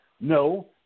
No